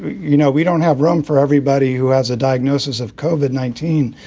you know, we don't have room for everybody who has a diagnosis of covered nineteen.